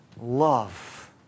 love